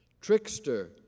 Trickster